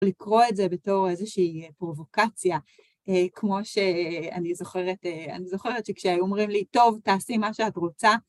לקרוא את זה בתור איזושהי פרובוקציה, כמו שאני זוכרת, אני זוכרת שכשהיו אומרים לי, טוב, תעשי מה שאת רוצה..